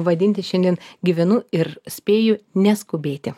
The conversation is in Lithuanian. vadintis šiandien gyvenu ir spėju neskubėti